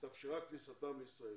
והתאפשרה כניסתם לישראל.